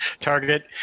target